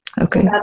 Okay